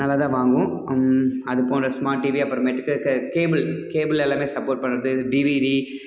நாங்கள் அதை வாங்குவோம் அது போன்ற ஸ்மார்ட் டிவி அப்புறமேட்டுக்கு கே கேபிள் கேபிள் எல்லாமே சப்போர்ட் பண்ணுவது டிவிடி